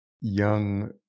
young